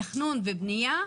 תכנון ובניה,